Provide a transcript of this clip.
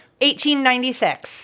1896